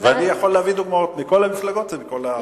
ואני יכול להביא דוגמאות מכל המפלגות ומכל המגזרים.